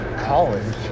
College